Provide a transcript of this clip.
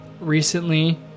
recently